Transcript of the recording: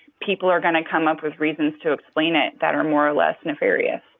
people are going to come up with reasons to explain it that are more or less nefarious.